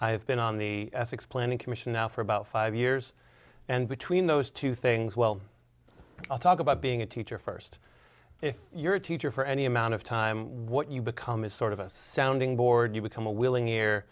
i've been on the ethics planning commission now for about five years and between those two things well i'll talk about being a teacher first if you're a teacher for any amount of time what you become is sort of a sounding board you become a willing